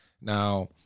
Now